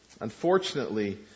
Unfortunately